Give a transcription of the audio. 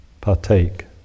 partake